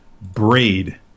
Braid